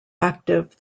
active